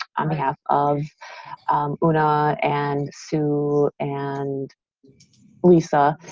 on behalf of una and sue and lisa,